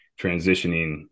transitioning